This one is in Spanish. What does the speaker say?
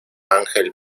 ángel